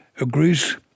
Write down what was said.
agrees